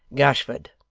gashford